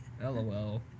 LOL